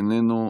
איננו,